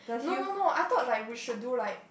no no no I thought like we should do like